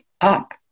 up